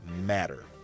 matter